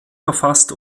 verfasst